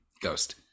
Ghost